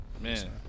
Man